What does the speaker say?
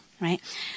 right